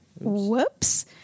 Whoops